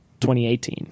2018